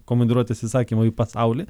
komandiruotės įsakymu į pasaulį